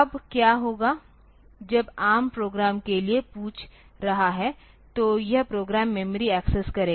अब क्या होगा जब ARM प्रोग्राम के लिए पूछ रहा है तो यह प्रोग्राम मेमोरी एक्सेस करेगा